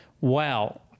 wow